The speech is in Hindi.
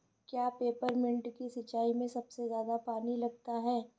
क्या पेपरमिंट की सिंचाई में सबसे ज्यादा पानी लगता है?